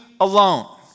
alone